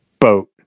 boat